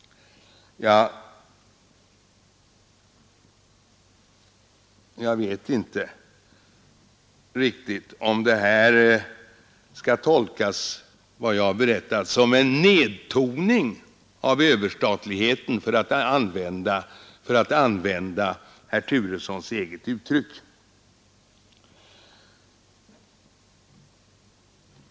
Jag vet inte riktigt om det jag här har berättat bör tolkas som en ”nedtoning av Överstatligheten”, för att använda herr Turessons eget uttryck.